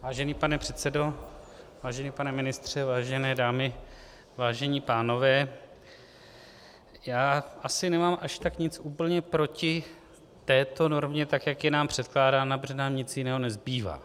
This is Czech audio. Vážený pane předsedo, vážený pane ministře, vážené dámy, vážení pánové, asi nemám až tak nic úplně proti této normě, tak jak je nám předkládána, protože nám nic jiného nezbývá.